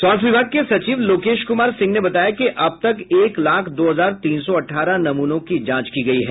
स्वास्थ्य विभाग के सचिव लोकेश कुमार सिंह ने बताया कि अब तक एक लाख दो हजार तीन सौ अठारह नमूनों की जांच की जा चुकी है